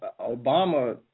Obama